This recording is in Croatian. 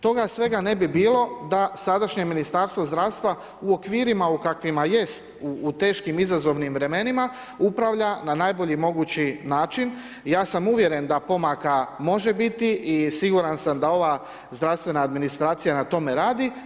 Toga svega ne bi bilo, da sadašnje Ministarstvo zdravstva u okvirima u kakvim jest, u teškim izazovnim vremenima, upravlja na najbolji mogući način i ja sam uvjeren da pomaka može biti i siguran sam da ova zdravstvena administracija na tome radi.